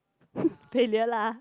failure lah